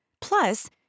Plus